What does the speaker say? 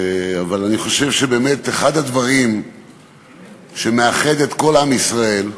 אבל אני חושב שבאמת אחד הדברים שמאחדים את כל עם ישראל,